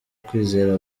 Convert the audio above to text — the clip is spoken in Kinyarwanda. kwizera